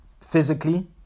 physically